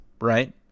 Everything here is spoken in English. right